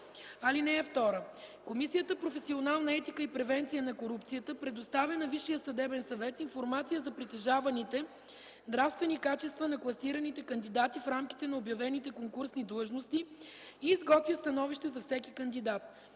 изпити. (2) Комисията „Професионална етика и превенция на корупцията” предоставя на Висшия съдебен съвет информация за притежаваните нравствени качества на класираните кандидати в рамките на обявените конкурсни длъжности и изготвя становище за всеки кандидат.